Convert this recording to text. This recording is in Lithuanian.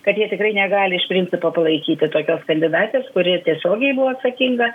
kad jie tikrai negali iš principo palaikyti tokios kandidatės kuri tiesiogiai buvo atsakinga